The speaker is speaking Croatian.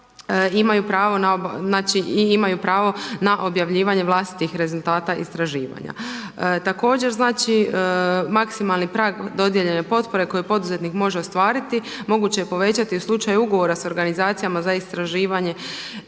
imaju pravo na objavljivanje vlastitih rezultata istraživanja. Također maksimalni prag dodijeljene potpore koje poduzetnik može ostvariti moguće je povećati u slučaju ugovora s organizacijama za istraživanje